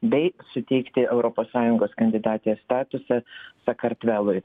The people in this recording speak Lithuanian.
bei suteikti europos sąjungos kandidatės statusą sakartvelui